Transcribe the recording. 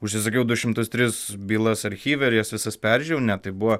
užsisakiau du šimtus tris bylas archyve ir jas visas peržiūrėjau ne tai buvo